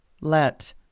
let